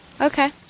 Okay